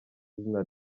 izina